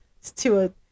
Stewart